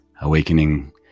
Awakening